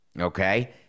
Okay